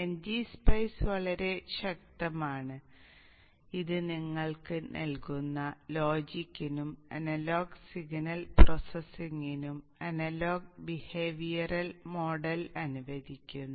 ngSpice വളരെ ശക്തമാണ് ഇത് നിങ്ങൾ നൽകുന്ന ലോജിക്കിനും അനലോഗ് സിഗ്നൽ പ്രോസസ്സിംഗിനും അനലോഗ് ബിഹേവിയറൽ മോഡൽ അനുവദിക്കുന്നു